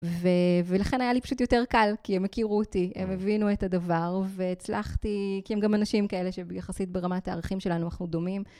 ולכן היה לי פשוט יותר קל, כי הם הכירו אותי, הם הבינו את הדבר, והצלחתי, כי הם גם אנשים כאלה שביחסית ברמת הערכים שלנו אנחנו דומים.